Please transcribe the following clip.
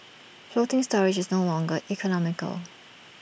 floating storage is no longer economical